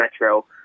metro